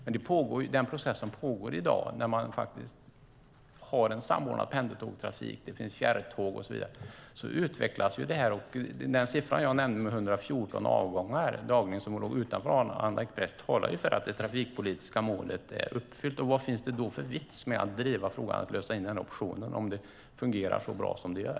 Men det pågår ju en process i dag där man faktiskt har en samordnad pendeltågstrafik. Det finns fjärrtåg och så vidare. Det här utvecklas ju. Den siffra jag nämnde var att 114 avgångar dagligen låg utanför Arlanda Express. Det talar för att det trafikpolitiska målet är uppfyllt. Vad finns det för vits med att driva frågan att lösa in en option om det fungerar så bra som det gör?